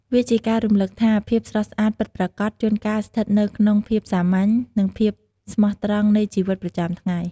វាជាការរំលឹកថាភាពស្រស់ស្អាតពិតប្រាកដ ជួនកាលស្ថិតនៅក្នុងភាពសាមញ្ញ និងភាពស្មោះត្រង់នៃជីវិតប្រចាំថ្ងៃ។